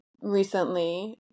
recently